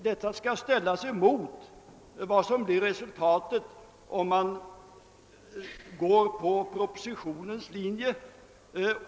Detta skall ställas emot vad som blir resultatet om man följer propositionens förslag.